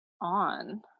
on